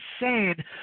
insane